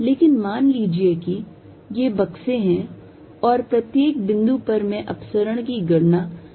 लेकिन मान लीजिए कि ये बक्से हैं और प्रत्येक बिंदु पर मैं अपसरण की गणना करने के लिए लागू करता हूं